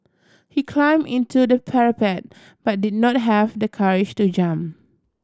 he climb into the parapet but did not have the courage to jump